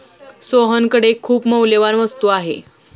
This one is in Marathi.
सोहनकडे खूप मौल्यवान वस्तू आहे